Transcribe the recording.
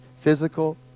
physical